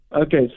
Okay